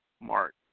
Mark